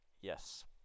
Yes